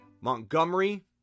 Montgomery